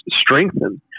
strengthened